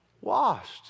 Washed